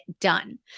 done